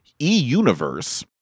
eUniverse